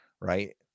right